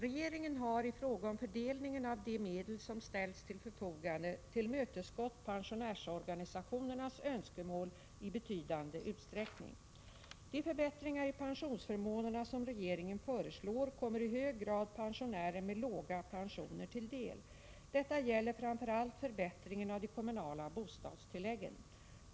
Regeringen har i fråga om fördelningen av de medel som ställts till förfogande tillmötesgått pensionärsorganisationernas önskemål i betydande utsträckning. De förbättringar i pensionsförmånerna som regeringen föreslår kommer i hög grad pensionärer med låga pensioner till del. Detta gäller framför allt förbättringen av de kommunala bostadstilläggen.